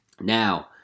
Now